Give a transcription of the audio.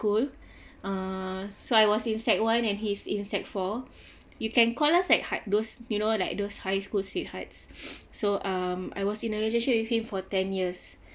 school err so I was in sec one and he is in sec four you can call us like high those you know like those high school sweethearts so um I was in a relationship with him for ten years